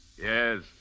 Yes